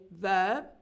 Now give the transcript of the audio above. verb